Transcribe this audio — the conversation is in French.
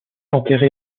enterré